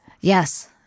Yes